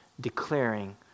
declaring